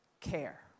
care